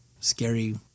scary